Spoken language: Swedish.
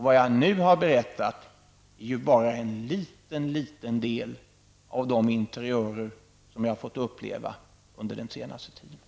Vad jag nu har berättat är ju bara en liten del av de interiörer som jag har fått uppleva under den senaste tiden.